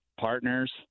partners